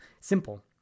simple